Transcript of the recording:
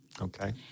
Okay